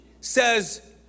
says